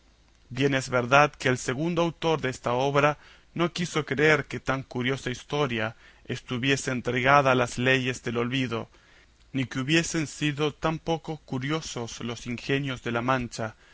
bien es verdad que el segundo autor desta obra no quiso creer que tan curiosa historia estuviese entregada a las leyes del olvido ni que hubiesen sido tan poco curiosos los ingenios de la mancha